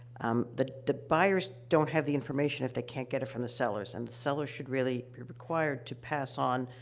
um, the the buyers don't have the information if they can't get it from the sellers, and the sellers should really be required to pass on,